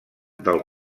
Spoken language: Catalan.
del